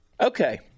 Okay